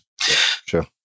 Sure